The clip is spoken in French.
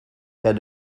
près